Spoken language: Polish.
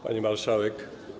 Pani Marszałek!